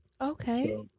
Okay